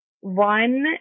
One